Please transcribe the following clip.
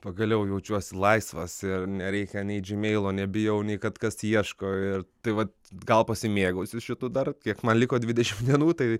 pagaliau jaučiuosi laisvas ir nereikia nei džimeilo nebijau nei kad kas ieško ir tai vat gal pasimėgausiu šitu dar kiek man liko dvidešimt dienų tai